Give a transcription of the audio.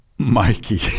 mikey